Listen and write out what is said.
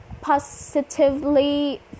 positively